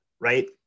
Right